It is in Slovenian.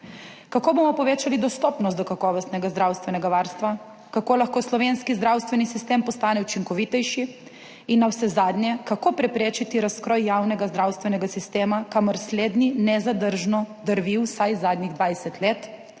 Kako bomo povečali dostopnost do kakovostnega zdravstvenega varstva? Kako lahko slovenski zdravstveni sistem postane učinkovitejši? In navsezadnje, kako preprečiti razkroj javnega zdravstvenega sistema, kamor slednji nezadržno drvi vsaj zadnjih dvajset